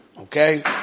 okay